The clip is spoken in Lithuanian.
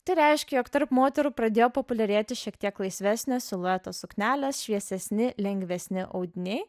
tai reiškia jog tarp moterų pradėjo populiarėti šiek tiek laisvesnio silueto suknelės šviesesni lengvesni audiniai